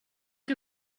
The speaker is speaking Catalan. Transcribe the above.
que